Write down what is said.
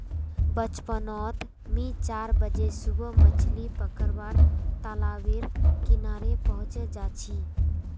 बचपन नोत मि चार बजे सुबह मछली पकरुवा तालाब बेर किनारे पहुचे जा छी